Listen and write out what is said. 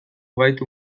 gaitu